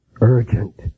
urgent